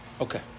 Okay